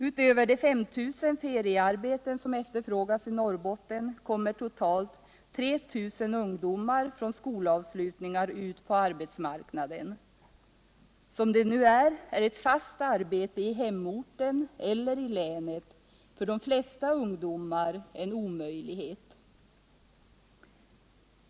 Utöver de 5 000 feriearbeten som efterfrågas i Norrbotten kommer totalt 3 000 ungdomar från skolavslutningar ut på arbetsmarknaden. Som det nu är, är ett fast arbete i hemorten eller i länet för de flesta ungdomar en omöjlighet.